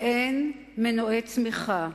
ואין מנועי צמיחה,